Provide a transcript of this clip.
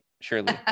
Surely